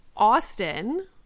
Austin